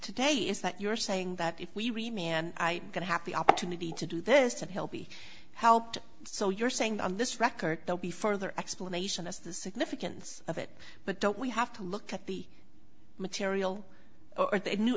today is that you're saying that if we read me and i could have the opportunity to do this and he'll be helped so you're saying on this record they'll be further explanation that's the significance of it but don't we have to look at the material or